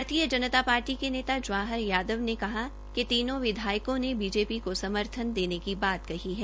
भारतीय जनता पार्टी ने नेता जवाहर यादव ने कहा कि तीनों विधायकों ने बीजेपी को समर्थन देने की बात कही है